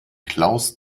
klaus